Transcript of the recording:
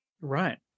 right